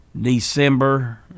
December